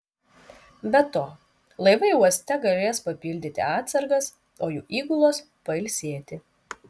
be to laivai uoste galės papildyti atsargas o jų įgulos pailsėti